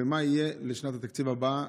מה יהיה לשנת התקציב הבאה?